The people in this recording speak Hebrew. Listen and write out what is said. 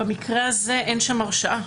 במקרה הזה אין שם הרשעה.